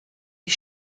die